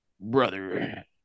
Brother